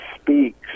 speaks